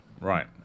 Right